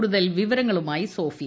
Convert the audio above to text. കൂടുതൽ വിവരങ്ങളുമായി സോഫിയ